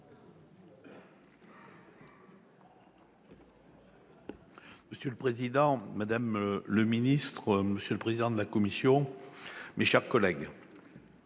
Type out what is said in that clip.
Monsieur le président, madame le ministre, monsieur le président de la commission, mes chers collègues,